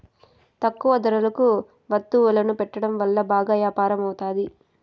తక్కువ ధరలకు వత్తువులను పెట్టడం వల్ల బాగా యాపారం అవుతాది